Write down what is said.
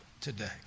today